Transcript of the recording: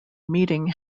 meeting